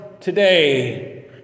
today